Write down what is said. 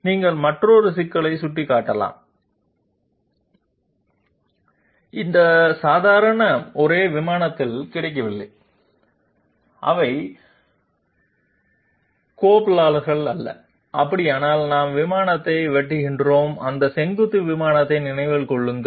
நீங்கள் மற்றொரு சிக்கலைச் சுட்டிக்காட்டலாம் இந்த நார்மல்கள் ஒரே விமானத்தில் கிடக்கவில்லை அவை கோப்லானர் அல்ல அப்படியானால் நாம் விமானத்தை வெட்டுகிறோம் அந்த செங்குத்து விமானத்தை நினைவில் கொள்ளுங்கள்